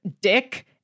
dick